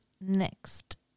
next